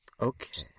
Okay